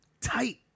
tight